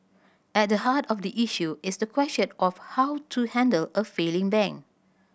at the heart of the issue is the question of how to handle a failing bank